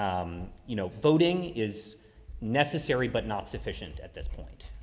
um, you know, voting is necessary but not sufficient at this point.